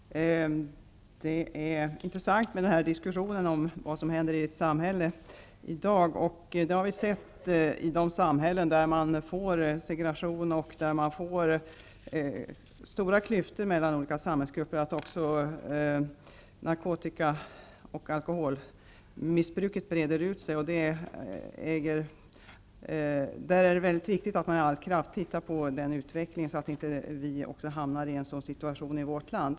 Herr talman! Det är intressant med den här diskussionen om vad som händer i ett samhälle i dag. I de samhällen där segregation och stora klyftor mellan samhällsgrupper uppstår, kan man se att alkohol och narkotikamissbruket breder ut sig. Det är viktigt att man med all kraft ser över utvecklingen, så att vi inte hamnar i en sådan situation också i vårt land.